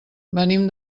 venim